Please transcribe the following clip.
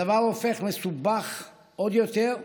הדבר הופך מסובך עוד יותר,